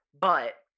but-